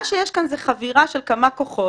מה שיש כאן זה חבירה של כמה כוחות,